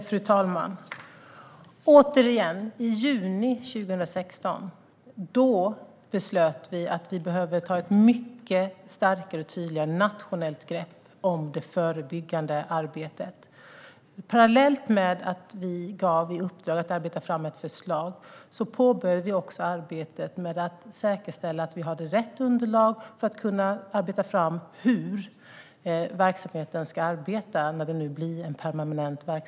Fru talman! Återigen: I juni 2016 beslutade vi att vi behövde ta ett mycket starkare och tydligare nationellt grepp om det förebyggande arbetet. Parallellt med att vi gav uppdrag om att arbeta fram ett förslag påbörjades också arbetet med att säkerställa att vi hade rätt underlag för att kunna arbeta fram hur verksamheten ska arbeta när den nu blir permanent.